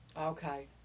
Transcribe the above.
Okay